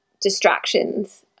distractions